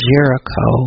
Jericho